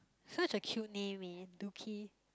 such a cute name eh Doki